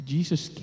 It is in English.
Jesus